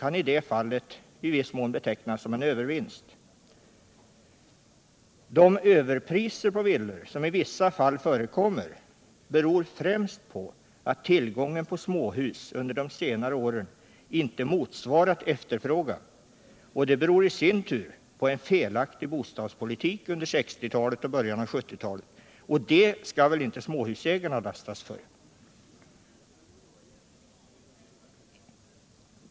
kan i detta fall i viss mån betecknas som ”övervinst”. De överpriser på villor som i vissa fall förekommer beror främst på att tillgången på småhus under de senare åren inte motsvarat efter frågan. Det beror i sin tur på en felaktig bostadspolitik under 1960-talet — Nr 56 och början av 1970-talet, och detta skall väl inte småhusägarna lastas för.